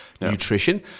Nutrition